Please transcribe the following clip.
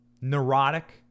neurotic